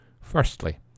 Firstly